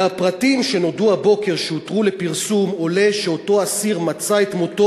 מהפרטים שנודעו הבוקר ושהותרו לפרסום עולה שאותו אסיר מצא את מותו